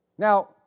Now